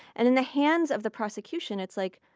and in the hands of the prosecution it's like,